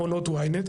מותר להפגין.